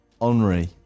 Henri